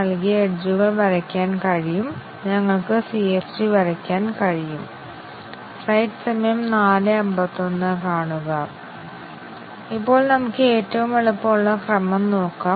എന്നിട്ട് ഒന്നിലധികം കണ്ടീഷൻ കവറേജും ഞങ്ങൾ കണ്ടു അവിടെ വ്യത്യസ്ത ആറ്റോമിക് കണ്ടീഷനുകൾ ട്രൂത്ത് മൂല്യങ്ങളുടെ സാധ്യമായ എല്ലാ കോമ്പിനേഷനും കണക്കാക്കണം